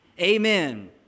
amen